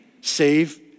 save